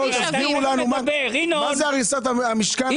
תבהירו לנו מה זה הריסת המשכן?